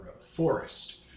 Forest